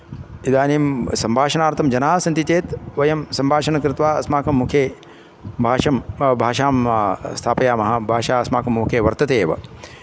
इदानीं सम्भाषणार्थं जनाः सन्ति चेत् वयं सम्भाषणं कृत्वा अस्माकं मुखे भाषं भाषां स्थापयामः भाषा अस्माकं मुखे वर्तते एव